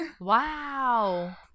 wow